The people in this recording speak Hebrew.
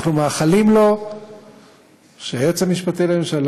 אנחנו מאחלים לו שהיועץ המשפטי לממשלה,